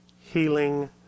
healing